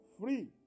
free